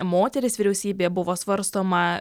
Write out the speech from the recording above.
moteris vyriausybėje buvo svarstoma